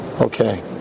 Okay